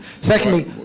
Secondly